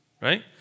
right